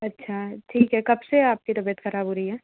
अच्छा ठीक है कब से आपकी तबीयत ख़राब हो रही है